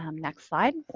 um next slide.